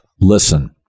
Listen